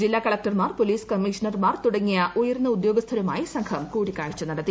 ജില്ലാ കളക്ടർമാർ പോലീസ് കമ്മീഷണർമാർ തുടങ്ങിയ ഉയർന്ന ഉദ്യോഗസ്ഥരുമായി സംഘം കൂടിക്കാഴ്ച നടത്തി